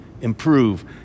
improve